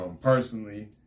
Personally